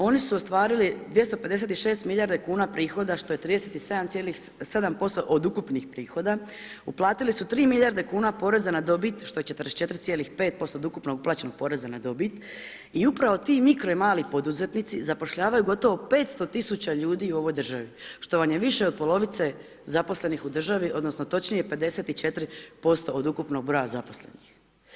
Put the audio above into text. Oni su ostvarili 256 milijarde kuna prihoda, što je 37,7% od ukupnih prihoda, uplatili su 3 milijarde kuna poreza na dobit što je 44,5% od ukupnog uplaćenog poreza na dobit i upravo ti mikro i mali poduzetnici, zapošljavaju gotovo 500 tisuća ljudi u ovoj državi, što vam je više od polovice zaposlenih u državi, odnosno, točnije 54% od ukupnog broja zaposlenih.